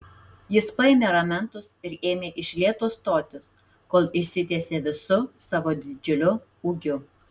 jis paėmė ramentus ir ėmė iš lėto stotis kol išsitiesė visu savo didžiuliu ūgiu